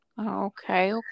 Okay